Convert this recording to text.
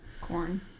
Corn